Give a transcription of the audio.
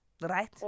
right